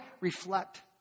reflect